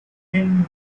thin